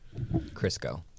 Crisco